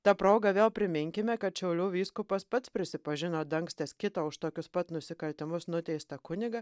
ta proga vėl priminkime kad šiaulių vyskupas pats prisipažino dangstęs kitą už tokius pat nusikaltimus nuteistą kunigą